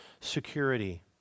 security